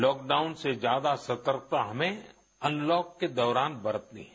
ल ॉकडाउन से ज्यादा सतर्कता हमें अनल ॉक के दौरान बरतनी है